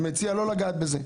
אני מציע לא לגעת בזה.